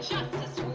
Justice